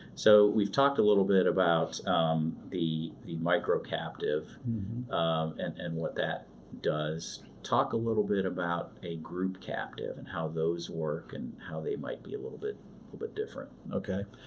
so, we've talked a little bit about um the micro-captive and and what that does. talk a little bit about a group captive and how those work and how they might be a little bit little bit different. okay.